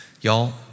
Y'all